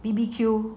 B_B_Q